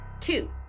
Two